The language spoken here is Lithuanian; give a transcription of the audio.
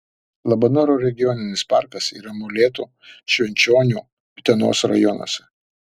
labanoro regioninis parkas yra molėtų švenčionių utenos rajonuose